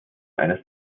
eines